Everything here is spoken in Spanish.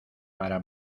para